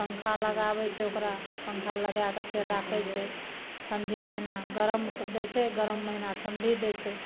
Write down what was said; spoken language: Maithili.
पँखा लगाबै छै ओकरा पँखा लगाए कऽ फेर राखै छै ठण्ढी महिना गरम दै छै गरम महिना ठण्ढी दै छै